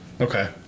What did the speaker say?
Okay